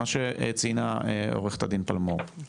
מה שציינה עורכת הדין פלמור?